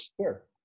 Sure